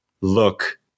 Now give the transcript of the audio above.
look